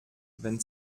wenn